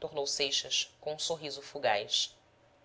tornou seixas com um sorriso fugaz